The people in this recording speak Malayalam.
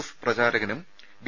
എസ് പ്രചാരകനും ബി